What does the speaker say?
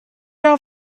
out